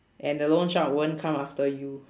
and the loan shark won't come after you